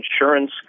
insurance